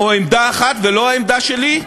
או עמדה אחת, ולא העמדה שלי?